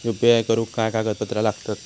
UPI करुक काय कागदपत्रा लागतत?